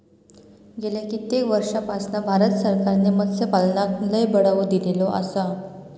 गेल्या कित्येक वर्षापासना भारत सरकारने मत्स्यपालनाक लय बढावो दिलेलो आसा